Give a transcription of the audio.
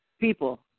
people